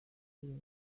way